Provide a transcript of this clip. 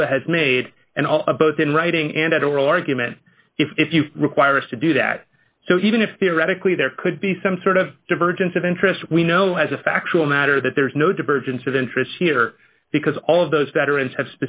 nova has made and a both in writing and at oral argument if you require us to do that so even if theoretically there could be some sort of divergence of interest we know as a factual matter that there is no divergence of interest here because all of those veterans have